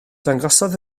dangosodd